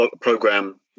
program